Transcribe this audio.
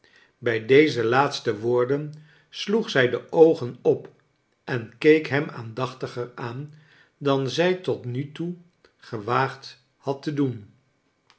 bij deze laatste woorden sloeg zij de oogen op en keek hem aandachtiger aan dan zij tot nu toe gewaagd had te doen